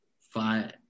five